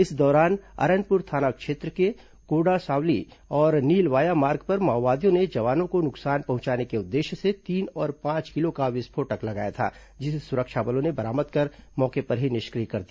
इस दौरान अरनपुर थाना क्षेत्र के कोडासावली नीलवाया मार्ग पर माओवादियों ने जवानों को नुकसान पहुंचाने के उद्देश्य से तीन और पांच किलो का विस्फोटक लगाया था जिसे सुरक्षा बलों ने बरामद कर मौके पर ही निष्क्रिय कर दिया